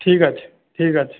ঠিক আছে ঠিক আছে